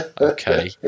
Okay